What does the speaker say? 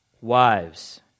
wives